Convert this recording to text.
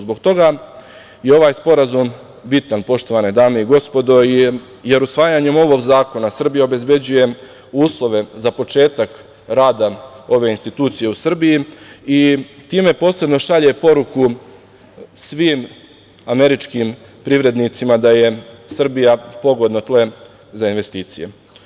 Zbog toga i ovaj sporazum je bitan, poštovane dame i gospodo, jer usvajanjem ovog zakona Srbija obezbeđuje uslove za početak rada ove institucije u Srbiji i time posebno šalje poruku svim američkim privrednicima da je Srbija pogodno tle za investicije.